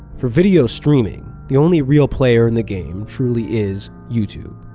for video streaming, the only real player in the game truly is youtube.